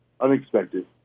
unexpected